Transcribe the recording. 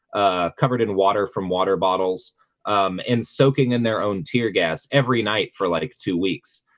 ah covered in water from water bottles um and soaking in their own tear gas every night for like two weeks.